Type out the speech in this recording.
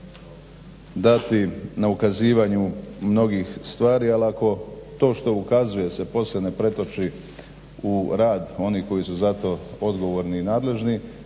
svoga dati na ukazivanju mnogih stvari ali ako to što ukazuje se poslije ne pretoči u rad onih koji su za to odgovorni i nadležni